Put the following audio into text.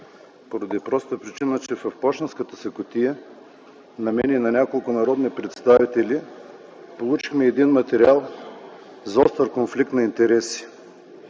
поради простата причина, че в пощенската си кутия на мен и на няколко народни представители, получихме един материал за остър конфликт на интереси,